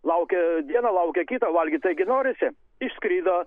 laukia dieną laukia kitą valgyti taigi norisi išskrido